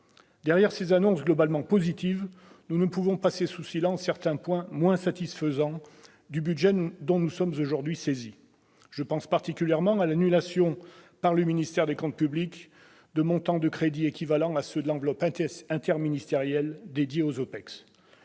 Derrière ces annonces globalement positives, nous ne pouvons passer sous silence certains points moins satisfaisants du budget dont nous sommes aujourd'hui saisis. Je pense en particulier à l'annulation par le ministère des comptes publics du montant de crédits équivalents à ceux de l'enveloppe interministérielle dédiée aux OPEX.